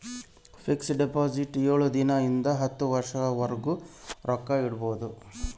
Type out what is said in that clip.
fix deposit ಏಳು ದಿನ ಇಂದ ಹತ್ತು ವರ್ಷದ ವರ್ಗು ರೊಕ್ಕ ಇಡ್ಬೊದು